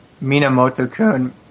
Minamoto-kun